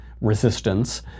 resistance